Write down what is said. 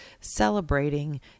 celebrating